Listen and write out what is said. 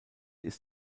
ist